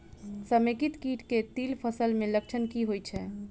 समेकित कीट केँ तिल फसल मे लक्षण की होइ छै?